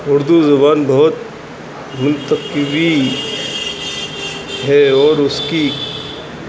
اردو زبان بہت منتقبی ہے اور اس کی